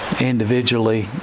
individually